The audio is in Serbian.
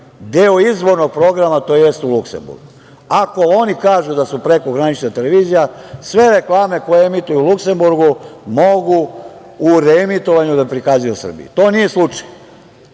deo izvornog programa tj. u Luksemburgu. Ako oni kažu da su prekogranična televizija, sve reklame koje emituju u Luksemburgu mogu u reemitovanju da prikazuju u Srbiji. To nije slučaj.